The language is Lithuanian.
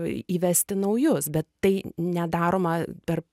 įvesti naujus bet tai nedaroma per